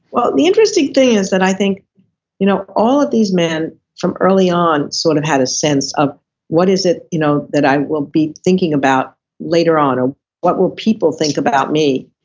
well the interesting thing is, that i think you know all of these men from early on sort of had a sense of what is it you know that i will be thinking about later on ah what will people think about me?